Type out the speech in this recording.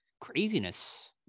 craziness